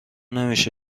نمیشه